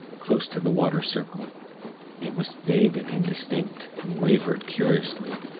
close to the water circle it was big and indistinct, and wavered curiously,